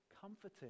comforting